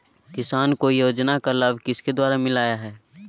किसान को योजना का लाभ किसके द्वारा मिलाया है?